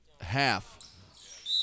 half